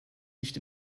nicht